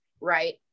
right